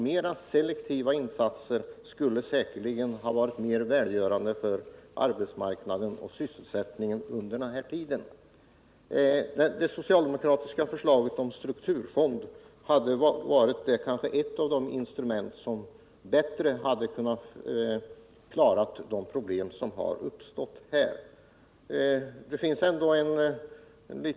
Mer selektiva insatser skulle säkerligen ha varit mer välgörande för att förbättra sysselsättningen i Motala arbetsmarknaden och sysselsättningen under den här tiden. En strukturfond i enlighet med det socialdemokratiska förslaget hade kanske också kunnat utgöra ett av de instrument som bättre kunnat klara av de problem som uppstått i det här fallet.